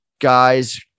guys